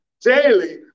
Daily